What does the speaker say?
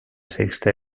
sexta